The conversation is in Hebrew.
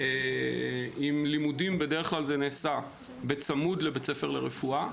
זה נעשה בדרך כלל צמוד לבית ספר לרפואה.